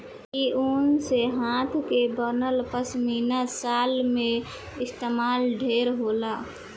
इ ऊन से हाथ के बनल पश्मीना शाल में इस्तमाल ढेर होला